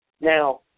Now